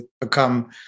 become